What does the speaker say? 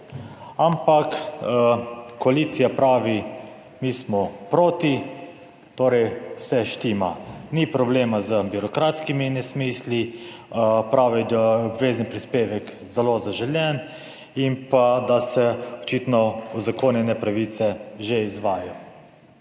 Ampak koalicija pravi, mi smo proti, torej vse štima, ni problema z birokratskimi nesmisli. Pravijo, da je obvezen prispevek zelo zaželen in pa da se očitno uzakonjene pravice že izvajajo.